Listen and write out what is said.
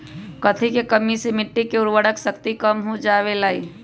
कथी के कमी से मिट्टी के उर्वरक शक्ति कम हो जावेलाई?